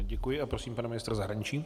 Děkuji a prosím pana ministra zahraničí.